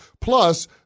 Plus